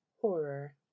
horror